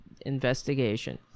investigation